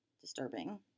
disturbing